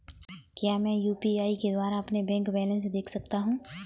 क्या मैं यू.पी.आई के द्वारा अपना बैंक बैलेंस देख सकता हूँ?